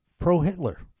pro-Hitler